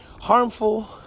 Harmful